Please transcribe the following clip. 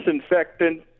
disinfectant